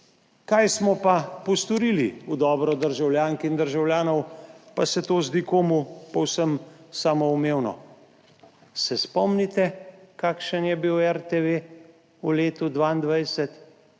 Kaj smo pa postorili v dobro državljank in državljanov, pa se to zdi komu povsem samoumevno? Se spomnite, kakšen je bil RTV v letu 2022,